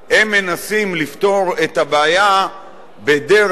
הם מנסים לפתור את הבעיה בדרך